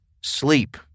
sleep